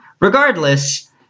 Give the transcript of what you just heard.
Regardless